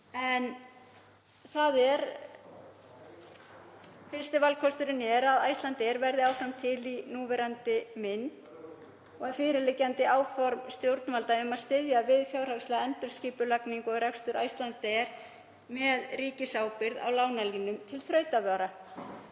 frumvörpin. Fyrsti valkosturinn er að Icelandair verði áfram til í núverandi mynd með fyrirliggjandi áformum stjórnvalda um að styðja við fjárhagslega endurskipulagningu og rekstur Icelandair með ríkisábyrgð á lánalínum til þrautavara.